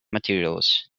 materials